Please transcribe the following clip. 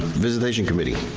visitation committee,